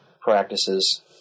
practices